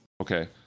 Okay